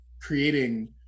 creating